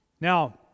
Now